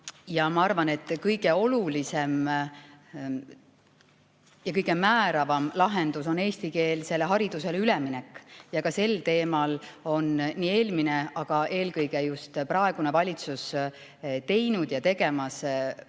Ma arvan, et kõige olulisem ja kõige määravam lahendus on eestikeelsele haridusele üleminek. Sel teemal tegi ka eelmine, aga eelkõige on just praegune valitsus teinud ja on tegemas väga